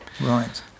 Right